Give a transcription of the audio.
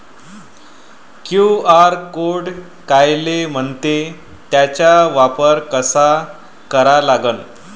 QR code कायले म्हनते, त्याचा वापर कसा करा लागन?